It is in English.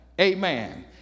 Amen